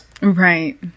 right